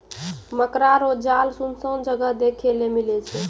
मकड़ा रो जाल सुनसान जगह देखै ले मिलै छै